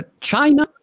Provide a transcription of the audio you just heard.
China